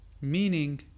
meaning